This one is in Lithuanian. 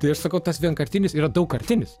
tai aš sakau tas vienkartinis yra daugkartinis